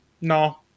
no